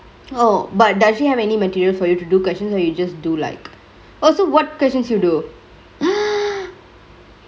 oh but does he have any material for you to do question or you just do like oh so what questions you do